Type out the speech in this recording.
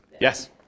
Yes